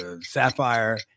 Sapphire